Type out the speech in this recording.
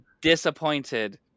disappointed